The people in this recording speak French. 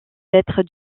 être